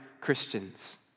Christians